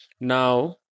now